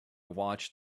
watched